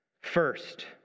First